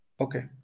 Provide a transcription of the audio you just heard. Okay